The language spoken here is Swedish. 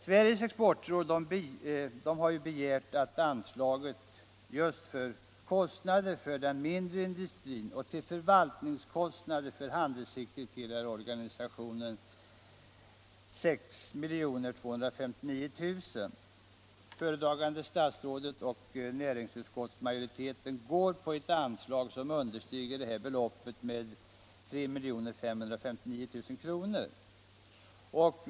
Sveriges exportråd har begärt att anslaget för kostnader för den mindre industrin och till förvaltningskostnader för handelssekreterarorganisationen höjs till 6 259 000 kr. Föredragande statsrådet och näringsutskottets majoritet går på ett anslag som understiger detta belopp med 3 559 000 kr.